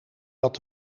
dat